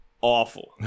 awful